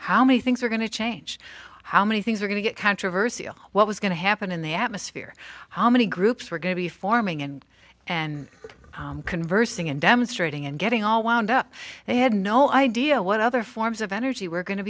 how many things are going to change how many things are going to get controversy what was going to happen in the atmosphere how many groups were going to be forming and and conversing and demonstrating and getting all wound up they had no idea what other forms of energy were going to